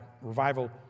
revival